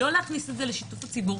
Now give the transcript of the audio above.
לא להכניס את זה לשיתוף ציבור.